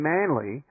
Manly